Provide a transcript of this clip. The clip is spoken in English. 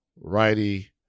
righty